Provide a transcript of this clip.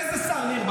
איזה שר ניר ברקת?